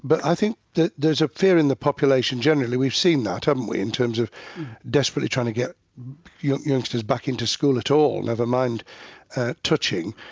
but i think that there's a fear in the population generally we've seen that haven't we in terms of desperately trying to get young. youngsters back into school at all never mind touching!